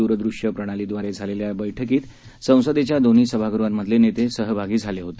दूरदृश्यप्रणालीद्वारेझालेल्या याबैठकीतसंसदेच्यादोन्हीसभागृहांमधलेनेतेसहभागीझालेहोते